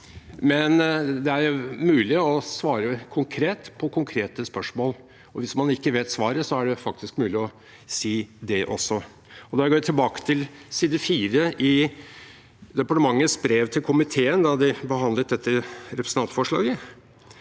men det er mulig å svare konkret på konkrete spørsmål, og hvis man ikke vet svaret, er det faktisk mulig å si det også. Jeg viser til side 4 i departementets brev til komiteen da de behandlet dette representantforslaget.